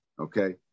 Okay